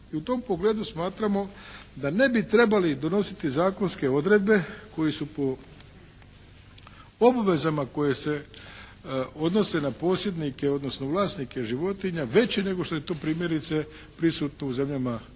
I u tom pogledu smatramo da ne bi trebali donositi zakonske odredbe koje su po obvezama koje se odnose na posjednike, odnosno vlasnike životinja veći nego što je to primjerice prisutno u zemljama Europske